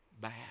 bad